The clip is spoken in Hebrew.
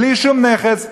בלי שום נכס,